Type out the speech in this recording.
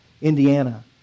Indiana